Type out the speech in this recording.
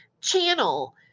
channel